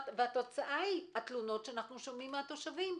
והתוצאה היא התלונות שאנו שומעים מהתושבים.